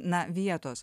na vietos